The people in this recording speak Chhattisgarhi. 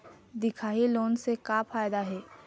दिखाही लोन से का फायदा हे?